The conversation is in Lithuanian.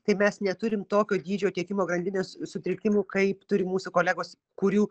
tai mes neturim tokio dydžio tiekimo grandinės sutrikimų kaip turi mūsų kolegos kurių